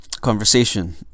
conversation